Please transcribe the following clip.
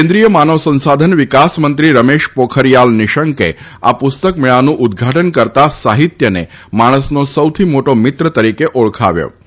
કેન્દ્રિય માનવ સંસાધન વિકાસમંત્રી રમેશ પોખરિયાલ નિશંકે આ પુસ્તક મેળાનું ઉદ્દઘાટન કરતાં સાહિત્યને માણસનો સૌથી મોટો મિત્ર તરીકે ઓળખાવ્યું હતું